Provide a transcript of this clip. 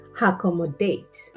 Accommodate